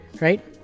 right